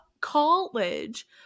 college